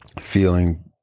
feeling